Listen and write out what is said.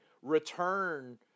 return